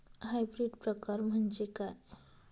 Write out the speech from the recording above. Hybrid प्रकार म्हणजे काय?